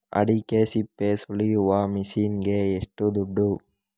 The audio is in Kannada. ಅಡಿಕೆ ಸಿಪ್ಪೆ ಸುಲಿಯುವ ಮಷೀನ್ ಗೆ ಏಷ್ಟು ದುಡ್ಡು?